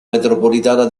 metropolitana